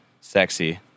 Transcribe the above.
sexy